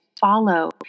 follow